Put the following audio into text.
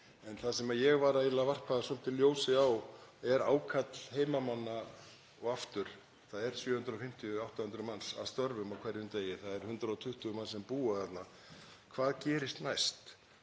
En það sem ég var eiginlega að varpa svolítið ljósi á er ákall heimamanna. Og aftur, það eru 750–800 manns að störfum á hverjum degi. Það eru 120 manns sem búa þarna. Hvað gerist næst?